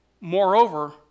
Moreover